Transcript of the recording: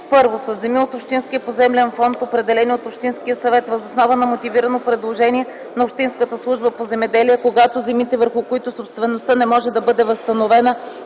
със земи от общинския поземлен фонд, определени от общинския съвет въз основа на мотивирано предложение на общинската служба по земеделие - когато земите, върху които собствеността не може да се възстанови